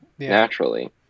naturally